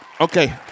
Okay